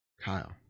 Kyle